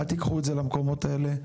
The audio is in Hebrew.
אל תיקחו את זה למקומות האלה.